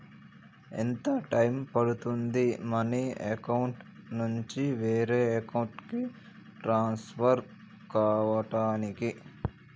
ఎంత టైం పడుతుంది money account నుంచి వేరే అకౌంట్ కి ట్రాన్స్ఫర్ కావటానికి?